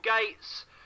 Gates